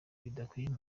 bidakwiriye